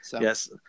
yes